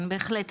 כן, בהחלט.